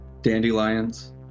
dandelions